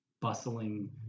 bustling